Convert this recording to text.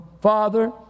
Father